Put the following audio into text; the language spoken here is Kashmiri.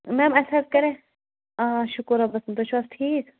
میم اَسہِ حظ کرے آ شُکُر رۄبَس کُن تُہۍ چھُ حظ ٹھیٖک